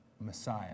Messiah